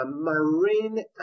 Marine